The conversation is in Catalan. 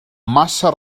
massa